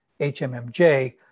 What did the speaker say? HMMJ